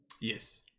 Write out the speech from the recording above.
yes